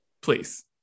Please